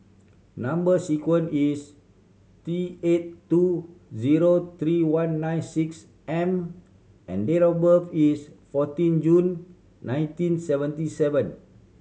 number sequence is T eight two zero three one nine six M and date of birth is fourteen June nineteen seventy seven